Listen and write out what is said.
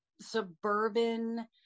suburban